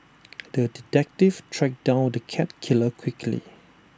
the detective tracked down the cat killer quickly